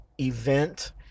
event